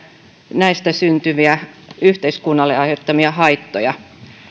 näistä syntyviä yhteiskunnalle aiheuttamia haittoja